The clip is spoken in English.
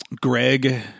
Greg